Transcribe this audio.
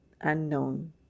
Unknown